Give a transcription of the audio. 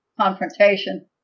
confrontation